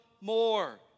more